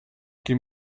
give